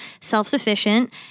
self-sufficient